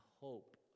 hope